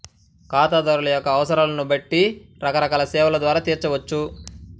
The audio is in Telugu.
ఖాతాదారుల యొక్క అవసరాలను బట్టి రకరకాల సేవల ద్వారా తీర్చవచ్చు